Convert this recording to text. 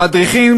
המדריכים